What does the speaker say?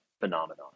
phenomenon